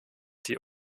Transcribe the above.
die